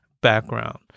background